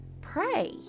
pray